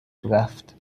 میرفت